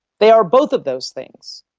they are both of those things.